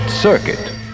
circuit